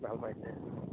ভাল পাইছে